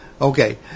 okay